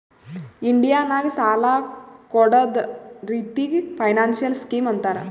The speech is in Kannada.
ಇಂಡಿಯಾ ನಾಗ್ ಸಾಲ ಕೊಡ್ಡದ್ ರಿತ್ತಿಗ್ ಫೈನಾನ್ಸಿಯಲ್ ಸ್ಕೀಮ್ ಅಂತಾರ್